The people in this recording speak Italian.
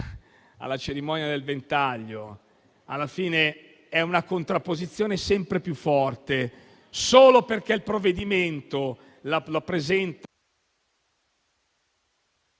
alla cerimonia del ventaglio, c'è una contrapposizione sempre più forte: solo perché il provvedimento lo presenta